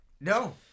No